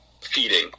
feeding